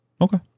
Okay